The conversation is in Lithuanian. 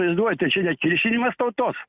vaizduojate čia ne kiršinimas tautos